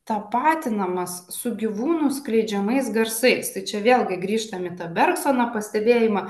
tapatinamas su gyvūnų skleidžiamais garsais tai čia vėlgi grįžtam į tą bergsono pastebėjimą